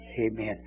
Amen